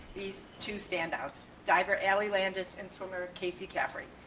these two standouts, diver ellie landis and swimmer casey caffrey.